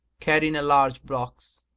carrying a large box.